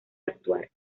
actuar